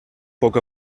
poca